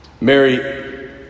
Mary